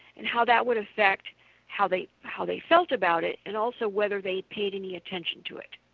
and how that would affect how they how they felt about it, and also whether they paid any attention to it.